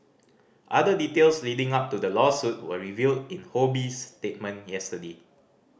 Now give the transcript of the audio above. other details leading up to the lawsuit were revealed in Ho Bee's statement yesterday